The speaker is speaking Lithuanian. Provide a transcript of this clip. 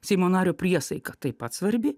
seimo nario priesaika taip pat svarbi